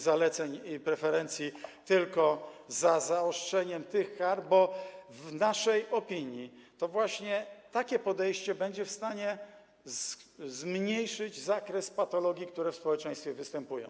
zaleceń i preferencji, tylko za zaostrzeniem tych kar, bo w naszej opinii to właśnie takie podejście będzie w stanie zmniejszyć zakres patologii, które w społeczeństwie występują.